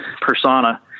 persona